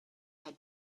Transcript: had